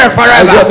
forever